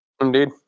Indeed